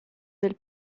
del